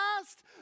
last